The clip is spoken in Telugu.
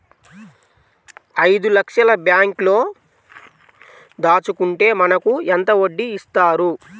ఐదు లక్షల బ్యాంక్లో దాచుకుంటే మనకు ఎంత వడ్డీ ఇస్తారు?